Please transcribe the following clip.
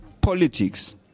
politics